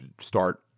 start